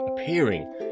appearing